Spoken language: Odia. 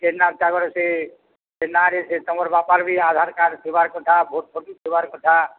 ସେ ନାଁ'ରେ ସେ ତମର୍ ବାପାର ବି ଆଧାର କାର୍ଡ଼ ଥିବାର୍ କଥା ଭୋଟ୍ଫୋଟ୍ ଥିବାର୍ କଥା